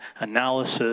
analysis